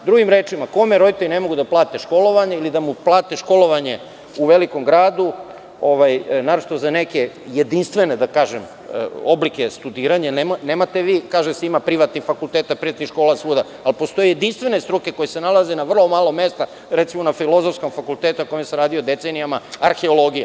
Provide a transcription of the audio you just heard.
Drugim rečima, kome roditelji ne mogu da plate školovanje ili da mu plate školovanje u velikom gradu, naročito za neke, da kažem, jedinstvene oblike studiranja, nemate svuda privatnih fakulteta, privatnih škola, ali postoje jedinstvene struke koje se nalaze na vrlo malo mesta, recimo na Filozofskom fakultetu, na kojem sam radio decenijama, arheologija.